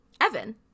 Evan